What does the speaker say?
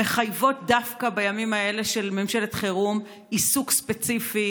מחייב דווקא בימים האלה של ממשלת חירום עיסוק ספציפי.